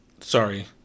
Sorry